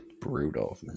brutal